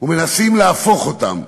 ומנסים להפוך אותם